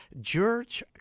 George